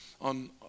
on